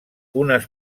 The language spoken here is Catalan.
unes